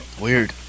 Weird